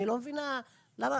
אני לא מבינה למה זה כזה קשה.